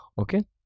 Okay